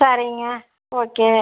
சரிங்க ஓகே